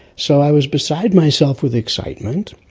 so i was beside myself with excitement.